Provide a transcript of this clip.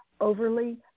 overly